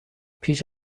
پیش